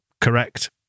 Correct